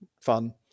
fun